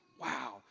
wow